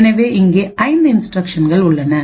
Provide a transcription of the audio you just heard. எனவே இங்கே 5இன்ஸ்டிரக்ஷன்கள் உள்ளன